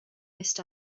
missed